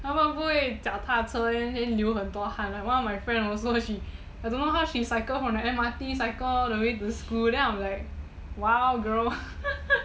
他们不会脚踏车流很多汗 like one of my friend also I don't know how she cycle from the M_R_T cycle all the way to school I'm like !wow! girl